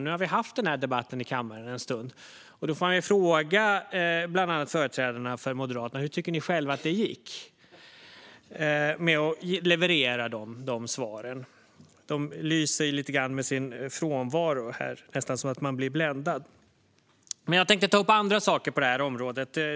Nu har vi haft den här debatten i kammaren en stund, och då vill jag fråga företrädarna för Moderaterna: Hur tycker ni själva att det gick med att leverera de svaren? De lyser med sin frånvaro här - det är nästan så att man blir bländad. Jag tänkte ta upp andra saker på det här området.